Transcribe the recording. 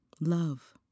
Love